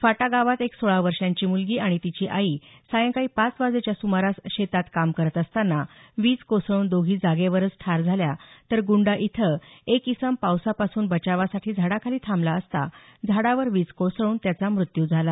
फाटा गावातल्या सोळा वर्षांची मुलगी आणि तिची आई सायंकाळी पाच वाजेच्या सुमारास शेतात काम करत असतांना वीज कोसळून त्या जागेवरच ठार झाल्या तर गुंडा इथं एक इसम पावसापासून बचावासाठी झाडाखाली थांबला असतां झाडावर वीज कोसळून त्याचा मृत्यू झाला